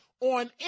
on